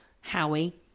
howie